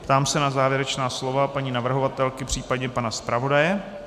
Ptám se na závěrečná slova paní navrhovatelky, případně pana zpravodaje?